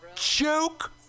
Joke